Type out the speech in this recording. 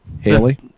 Haley